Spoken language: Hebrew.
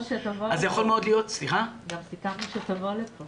יכול להיות שאחזור על דברים